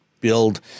build